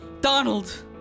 Donald